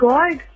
God